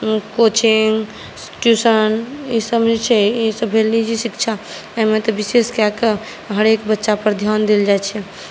coaching tuition ईसभ जे छै ईसभ भेल निजी शिक्षा एहिमे तऽ विशेष कए कऽ हरेक बच्चापर ध्यान देल जाइत छै